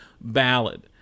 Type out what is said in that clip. ballad